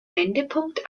wendepunkt